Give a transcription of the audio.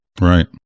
Right